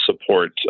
support